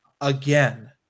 Again